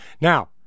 Now